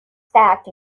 fact